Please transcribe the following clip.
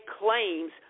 claims